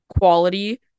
quality